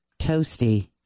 toasty